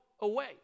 away